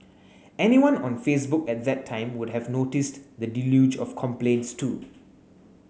anyone on Facebook at that time would have noticed the deluge of complaints too